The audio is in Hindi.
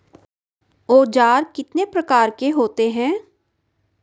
औज़ार कितने प्रकार के होते हैं?